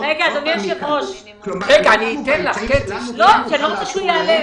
אם הביקוש ייחתך בשליש, שום דבר לא יעזור.